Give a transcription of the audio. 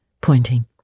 pointing